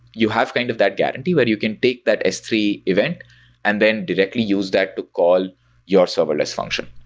you have kind of that guarantee where you can take that s three event and then directly use that to call your serverless function,